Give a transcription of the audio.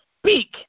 speak